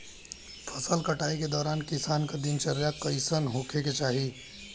फसल कटाई के दौरान किसान क दिनचर्या कईसन होखे के चाही?